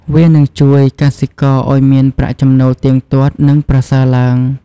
វានឹងជួយកសិករឲ្យមានប្រាក់ចំណូលទៀងទាត់និងប្រសើរឡើង។